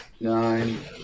Nine